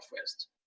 first